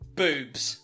boobs